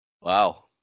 Wow